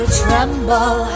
tremble